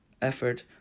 effort